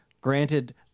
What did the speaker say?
Granted